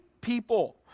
people